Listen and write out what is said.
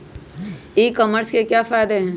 ई commerce के क्या फायदे हैं?